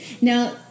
Now